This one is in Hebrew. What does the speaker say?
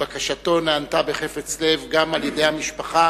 בקשתו נענתה בחפץ לב גם על-ידי המשפחה.